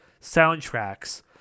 soundtracks